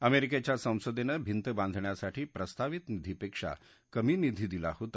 अमेरिकेच्या संसदेनं भिंत बांधण्यासाठी प्रस्तावित निधीपेक्षा कमी निधी दिला होता